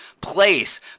place